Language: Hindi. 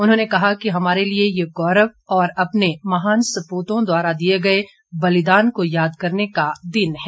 उन्होंने कहा कि हमारे लिए ये गौरव और अपने महान सपूतों द्वारा दिए गए बलिदान को याद करने का दिन है